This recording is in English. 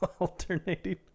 alternating